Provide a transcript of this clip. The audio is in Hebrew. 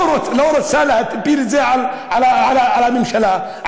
הוא לא רצה להפיל את זה על הממשלה,